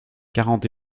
quarante